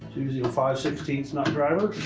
using a five sixteen nut driver.